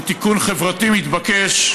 הוא תיקון חברתי מתבקש,